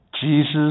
Jesus